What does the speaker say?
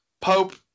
Pope